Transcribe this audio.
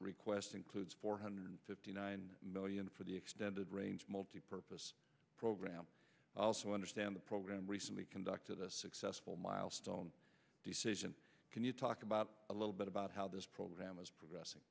request includes four hundred fifty nine million for the extended range multi purpose program also understand the program recently conducted a successful milestone decision can you talk about a little bit about how this program is progressing